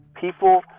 people